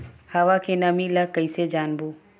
हवा के नमी ल कइसे जानबो?